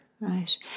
Right